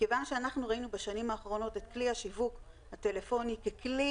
מכיוון שאנחנו ראינו בשנים האחרונות את כלי השיווק הטלפוני ככלי